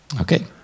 Okay